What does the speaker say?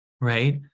right